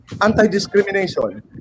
anti-discrimination